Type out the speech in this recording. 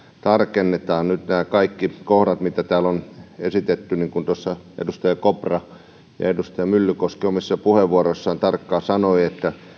tarkennetaan nyt nämä kaikki kohdat mitä täällä on esitetty niin kuin tuossa edustajat kopra ja myllykoski omissa puheenvuoroissaan tarkkaan sanoivat